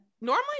normally